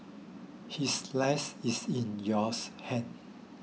his life is in yours hands